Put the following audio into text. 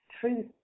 truth